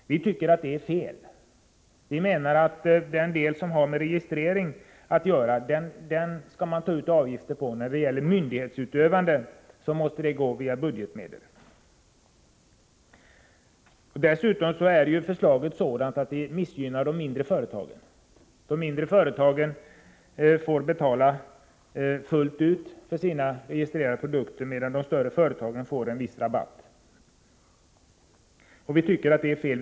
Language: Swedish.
Vi tycker att det är fel. Vi menar att man skall ta ut avgifter för den del som har med registrering att göra. Myndighetsutövandet däremot måste gå via budgetmedel. Dessutom missgynnar förslaget de mindre företagen. De mindre företagen får betala fullt ut för sina registrerade produkter, medan de större företagen får en viss rabatt. Vi tycker att det är fel.